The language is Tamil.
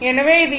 எனவே இது ஈ